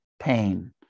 pain